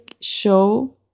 show